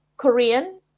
Korean